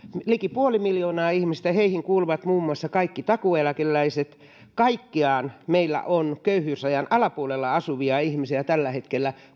liki puoli miljoonaa ihmistä ja heihin kuuluvat muun muassa kaikki takuueläkeläiset kaikkiaan meillä on köyhyysrajan alapuolella eläviä ihmisiä tällä hetkellä